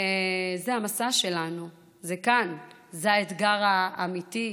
זה המסע שלנו, זה כאן, זה האתגר האמיתי.